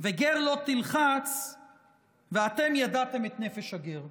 "וגר לא תלחץ ואתם ידעתם את נפש הגר".